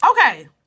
okay